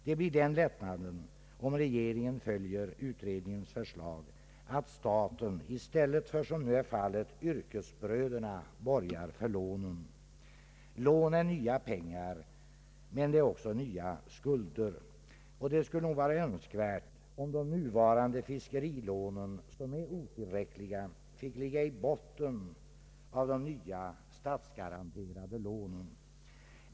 Det blir den lättnaden, om regeringen följer utredningens förslag, att staten i stället för som nu är fallet yrkesbröderna borgar för lånen. Lån är nya pengar men också nya skulder. Det skulle nog vara önskvärt om de nuvarande fiskerilånen, som är otillräckliga, fick ligga i botten på de nya statsgaranterade lånen.